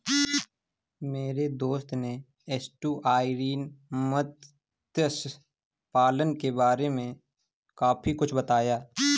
मेरे दोस्त ने एस्टुअरीन मत्स्य पालन के बारे में काफी कुछ बताया